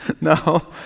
No